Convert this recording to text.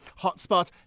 hotspot